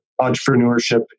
entrepreneurship